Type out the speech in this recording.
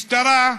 משטרה,